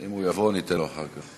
אם הוא יבוא, ניתן לו אחר כך.